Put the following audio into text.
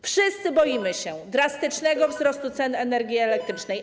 Wszyscy boimy się drastycznego wzrostu cen energii elektrycznej.